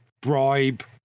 bribe